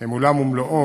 הם עולם ומלואו,